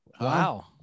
Wow